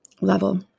level